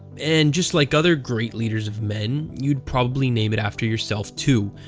and just like other great leaders of men, you'd probably name it after yourself too,